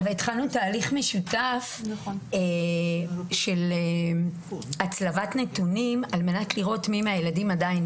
התחלנו תהליך משותף של הצלבת נתונים על מנת לראות מי מהילדים עדיין